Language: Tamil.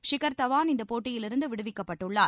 ஷிகர் தவான் இந்தப் போட்டியிலிருந்து விடுவிக்கப்பட்டுள்ளார்